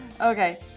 Okay